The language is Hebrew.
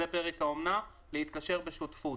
זה פרק האומנה "להתקשר בשותפות".